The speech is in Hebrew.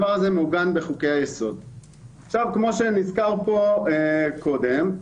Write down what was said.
כמו שנזכר קודם,